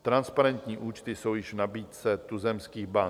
Transparentní účty jsou již v nabídce tuzemských bank.